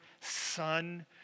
Son